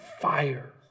fire